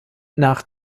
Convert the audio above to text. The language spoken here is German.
nach